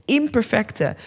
imperfecte